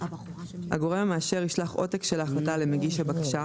הגורם המאשר ישלח עותק של ההחלטה למגיש הבקשה,